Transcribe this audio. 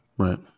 Right